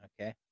okay